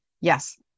yes